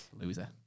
Loser